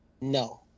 no